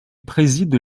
préside